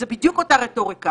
אנחנו מבינים שהמערכות לא מתפקדות,